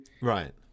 Right